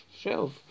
shelf